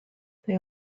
they